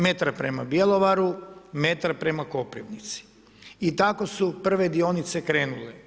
Metar prema Bjelovaru, metar prema Koprivnici i tako su prve dionice krenule.